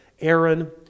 Aaron